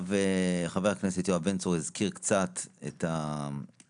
חבר הכנסת יואב בן צור הזכיר קצת את החלק